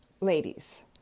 ladies